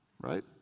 right